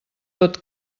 tot